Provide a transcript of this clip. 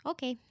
Okay